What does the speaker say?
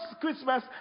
Christmas